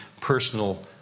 personal